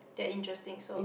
that interesting so